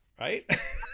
right